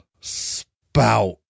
spout